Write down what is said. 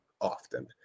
often